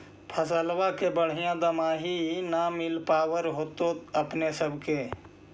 फसलबा के बढ़िया दमाहि न मिल पाबर होतो अपने सब के?